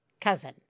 cousin